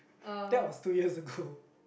that was two years ago